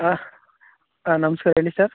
ಹಾಂ ಹಾಂ ನಮಸ್ಕಾರ ಹೇಳಿ ಸರ್